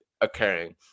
occurring